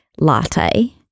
latte